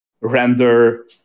render